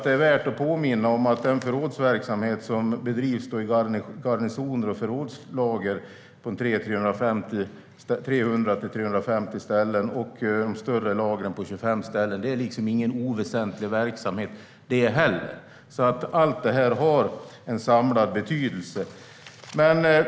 Det är värt att påminna om att den förrådsverksamhet som bedrivs i garnisoner och förrådslager på 300-350 ställen och de större lagren på 25 ställen inte heller är någon oväsentlig verksamhet. Allt detta har en samlad betydelse.